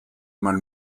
man